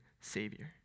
Savior